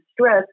stress